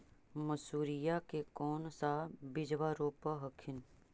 मसुरिया के कौन सा बिजबा रोप हखिन?